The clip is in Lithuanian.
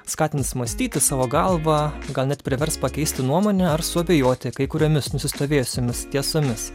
skatins mąstyti savo galva gal net privers pakeisti nuomonę ar suabejoti kai kuriomis nusistovėjusiomis tiesomis